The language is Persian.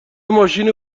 ماشین